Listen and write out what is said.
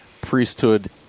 priesthood